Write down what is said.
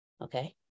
okay